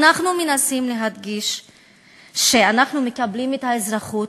אנחנו מנסים להדגיש שאנחנו מקבלים את האזרחות,